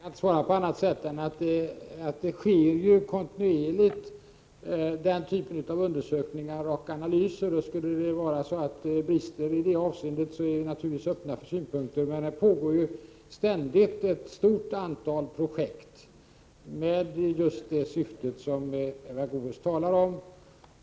Fru talman! Jag kan inte svara på annat sätt än att den typen av undersökningar och analyser sker kontinuerligt. Skulle det brista i det avseendet är vi naturligtvis öppna för synpunkter. Det pågår ständigt ett stort antal projekt med just det syfte som Eva Goés talar om.